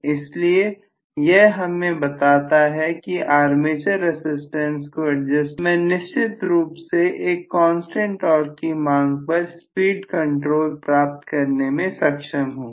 इसलिए यह हमें बताता है कि आर्मेचर रसिस्टेंस को एडजस्ट करके मैं निश्चित रूप से एक कांस्टेंट टॉर्क की मांग पर स्पीड कंट्रोल प्राप्त करने में सक्षम हूं